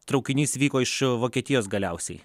traukinys vyko iš vokietijos galiausiai